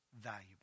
valuable